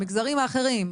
שבמגזרים האחרים,